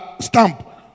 stamp